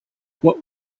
what